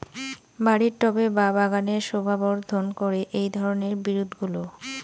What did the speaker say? বাড়ির টবে বা বাগানের শোভাবর্ধন করে এই ধরণের বিরুৎগুলো